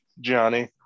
Johnny